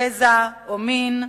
גזע או מין,